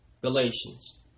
Galatians